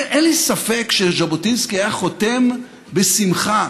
אין לי ספק שז'בוטינסקי היה חותם בשמחה